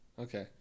okay